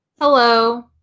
Hello